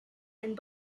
and